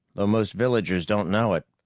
though most villagers don't know it.